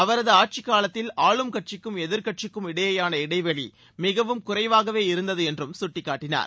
அவரது ஆட்சிக்காலத்தில் ஆளும் கட்சிக்கும் எதிர்க்கட்சிக்கும் இடையேயான இடைவெளி மிகவும் குறைவாகவே இருந்தது என்றும் சுட்டிக்காட்டினார்